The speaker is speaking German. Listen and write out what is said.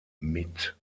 mit